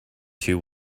two